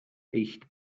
echt